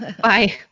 Bye